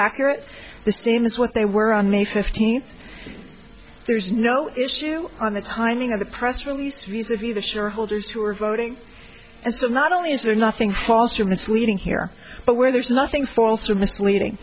accurate the same as what they were on may fifteenth there's no issue on the timing of the press release reserve either sure holders who are voting and so not only is there nothing false or misleading here but where there's nothing false or misleading